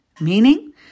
Meaning